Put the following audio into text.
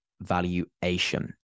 valuation